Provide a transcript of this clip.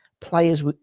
players